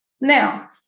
Now